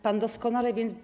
Pan doskonale wie.